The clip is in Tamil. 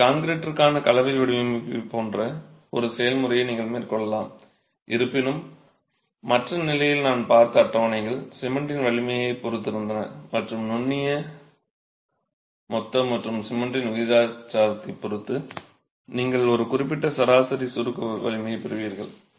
எனவே கான்கிரீட்டிற்கான கலவை வடிவமைப்பைப் போன்ற ஒரு செயல்முறையை நீங்கள் மேற்கொள்ளலாம் இருப்பினும் மற்ற நிலையில் நாம் பார்த்த அட்டவணைகள் சிமெண்டின் வலிமையைப் பொறுத்திருந்தன மற்றும் நுண்ணிய மொத்த மற்றும் சிமெண்டின் விகிதாச்சாரத்தைப் பொறுத்து நீங்கள் ஒரு குறிப்பிட்ட சராசரி சுருக்க வலிமையைப் பெறுவீர்கள்